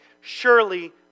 Surely